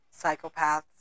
psychopaths